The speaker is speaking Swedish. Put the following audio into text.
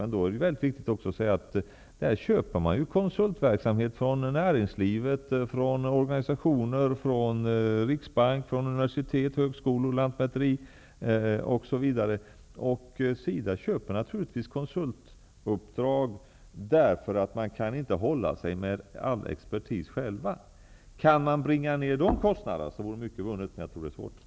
Men då är det mycket viktigt att säga att SIDA från näringslivet, organisationer, Riksbanken, universitet och högskolor, lantmäteri osv. naturligtvis köper konsultuppdrag därför att man inte kan hålla sig med all expertis själv. Kan man bringa ner de kostnaderna vore mycket vunnet. Men jag tror att det är svårt.